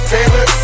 Taylor